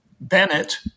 Bennett